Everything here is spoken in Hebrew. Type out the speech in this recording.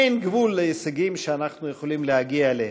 אין גבול להישגים שאנחנו יכולים להגיע אליהם,